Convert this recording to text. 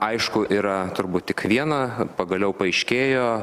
aišku yra turbūt tik viena pagaliau paaiškėjo